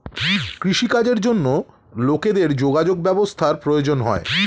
কৃষি কাজের জন্য লোকেদের যোগাযোগ ব্যবস্থার প্রয়োজন হয়